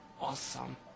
awesome